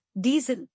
diesel